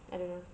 I don't know